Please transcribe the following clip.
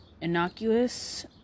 innocuous